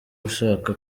ushaka